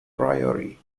priory